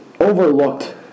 overlooked